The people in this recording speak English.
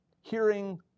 hearing